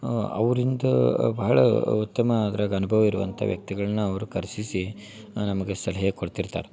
ಅವರಿಂದ ಬಹಳ ಉತ್ತಮ ಅದ್ರಾಗ ಅನ್ಭವ ಇರುವಂಥ ವ್ಯಕ್ತಿಗಳನ್ನ ಅವರು ಕರ್ಶಿಸಿ ನಮಗೆ ಸಲಹೆ ಕೊಡ್ತಿರ್ತಾರೆ